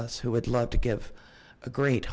us who would love to give a great